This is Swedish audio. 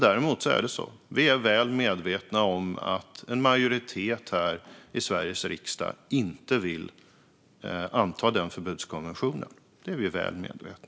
Däremot är vi väl medvetna om att en majoritet här i Sveriges riksdag inte vill anta den förbudskonventionen.